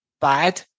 bad